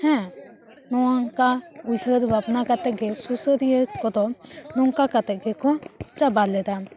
ᱦᱮᱸ ᱱᱚᱝᱠᱟ ᱩᱭᱦᱟᱹᱨ ᱵᱷᱟᱵᱽᱱᱟ ᱠᱟᱛᱮ ᱜᱮ ᱥᱩᱥᱟᱹᱨᱤᱭᱟᱹ ᱠᱚᱫᱚ ᱱᱚᱝᱠᱟ ᱠᱟᱛᱮᱜ ᱜᱮᱠᱚ ᱪᱟᱵᱟ ᱞᱮᱫᱟ